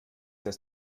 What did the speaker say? das